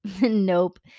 nope